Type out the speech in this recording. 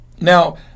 Now